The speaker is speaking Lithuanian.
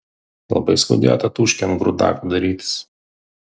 labai skaudėjo tatūškę ant grūdako darytis